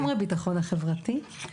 לגמרי הביטחון החברתי.